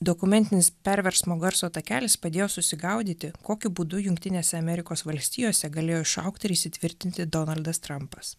dokumentinis perversmo garso takelis padėjo susigaudyti kokiu būdu jungtinėse amerikos valstijose galėjo išaugti ir įsitvirtinti donaldas trampas